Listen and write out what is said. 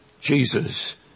Jesus